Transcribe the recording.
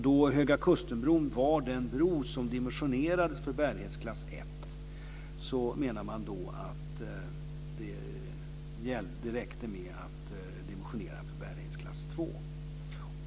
Då Höga kusten-bron var den bro som dimensionerades för bärighetsklass 1 menade man att det räckte med att dimensionera Sandöbroarna för bärighetsklass 2.